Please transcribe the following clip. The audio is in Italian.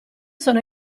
sono